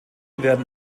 werden